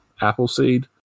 Appleseed